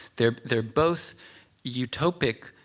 there they're both utopic